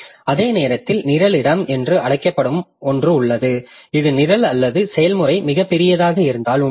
அதே நேரத்தில் நிரல் இடம் என்று அழைக்கப்படும் ஒன்று உள்ளது ஒரு நிரல் அல்லது செயல்முறை மிகப் பெரியதாக இருந்தாலும் கூட